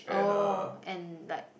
oh and like